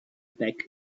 back